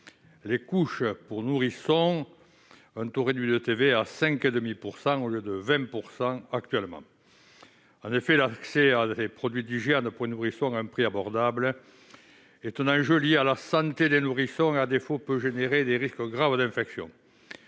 aux couches pour nourrissons un taux réduit de TVA à 5,5 %, au lieu de 20 % actuellement. L'accès à des produits d'hygiène pour les nourrissons à un prix abordable est un enjeu lié à la santé des nourrissons : il s'agit d'éviter des risques d'infection